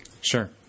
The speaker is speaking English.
Sure